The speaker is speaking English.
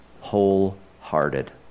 wholehearted